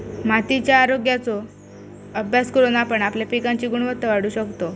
मातीच्या आरोग्याचो अभ्यास करून आपण आपल्या पिकांची गुणवत्ता वाढवू शकतव